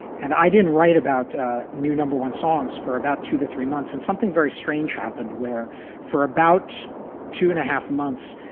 and i didn't write about new number one songs for about two to three months. and something very strange happened where for about two and a half months,